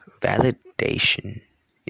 validation